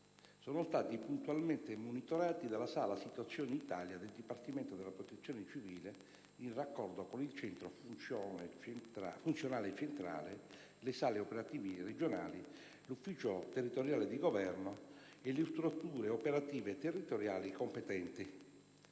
sono stati puntualmente monitorati dalla Sala situazione Italia del Dipartimento della protezione civile, in raccordo con il Centro funzionale centrale, le Sale operative regionali, l'Ufficio territoriale di Governo e le strutture operative territoriali competenti.